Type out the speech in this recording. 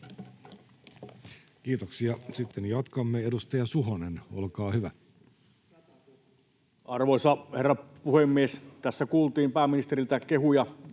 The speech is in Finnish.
Kiitoksia. — Sitten jatkamme, edustaja Suhonen, olkaa hyvä. Arvoisa herra puhemies! Tässä kuultiin pääministeriltä kehuja